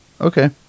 Okay